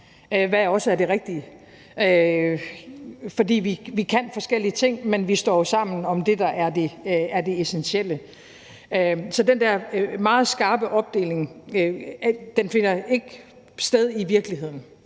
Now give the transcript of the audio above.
der også er det rigtige, fordi vi kan forskellige ting, men vi står jo sammen om det, der er det essentielle. Så den der meget skarpe opdeling finder ikke sted i virkeligheden,